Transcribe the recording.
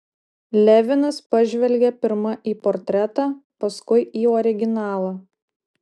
levinas pažvelgė pirma į portretą paskui į originalą